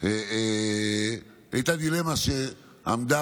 הייתה דילמה שעמדה